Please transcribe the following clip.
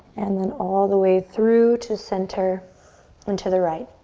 and then all the way through to center and to the right.